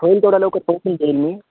हो थोडा लवकर येऊन जाईल मी